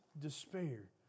despair